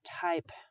type